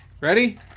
Ready